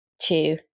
two